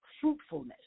fruitfulness